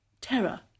terror